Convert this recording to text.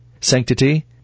sanctity